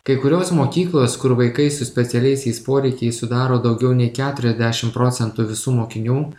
kai kurios mokyklos kur vaikai su specialiaisiais poreikiais sudaro daugiau nei keturiasdešim procentų visų mokinių